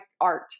art